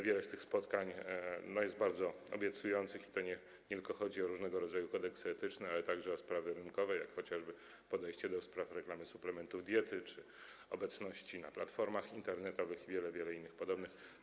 Wiele z tych spotkań jest bardzo obiecujących, i chodzi nie tylko o różnego rodzaju kodeksy etyczne, ale także o sprawy rynkowe, jak chociażby kwestia podejścia do spraw reklamy suplementów diety czy obecności na platformach internetowych i wiele, wiele innych podobnych.